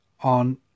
on